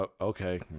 Okay